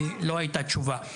ולא הייתה תשובה.